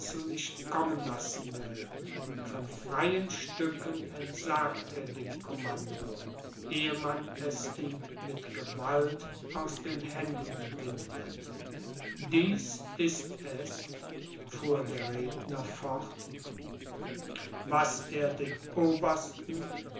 nicht kommen lassen will von freien stücken entsagt er dem commando ehe man es ihm mit gewalt aus den händen windet dies ist es fuhr der redner fort was er den obersten